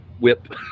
whip